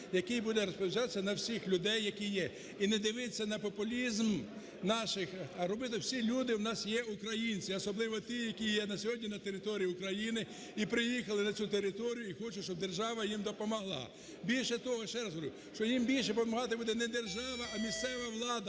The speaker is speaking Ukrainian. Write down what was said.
який буде розповсюджуватися на всіх людей, які є, і не дивитися на популізм наших… а робити. Всі люди у нас є українці, особливо ті, які є на сьогодні на території України і приїхали на цю територію і хочуть, щоб держава їм допомогла. Більше того, ще раз говорю, що їм більше помагати буде не держава, а місцева влада,